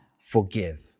forgive